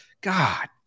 God